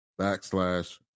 backslash